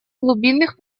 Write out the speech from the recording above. глубинных